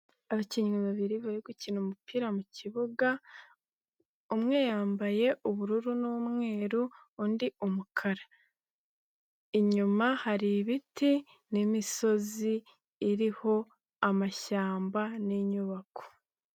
Abakinnyi babiri barimo gukina umupira mu kibuga umwe yambaye ubururu n'umweru, undi umukara, inyuma hari ibiti n'imisozi iriho amashyamba n'inyubako.